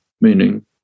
meaning